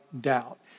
doubt